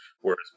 Whereas